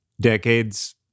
decades